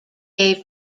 gave